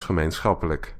gemeenschappelijk